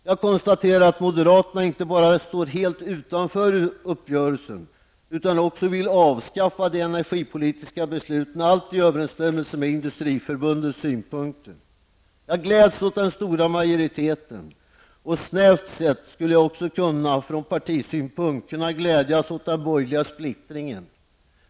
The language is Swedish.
Jag konstaterar att moderaterna inte bara står helt utanför uppgörelsen utan också vill avskaffa de energipolitiska besluten -- allt i överensstämmelse med Industriförbundets synpunkter. Jag glädjs åt den stora majoriteten. Snävt sett skulle jag också från partisynpunkt kunna glädjas åt den borgerliga splittringen.